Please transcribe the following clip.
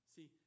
See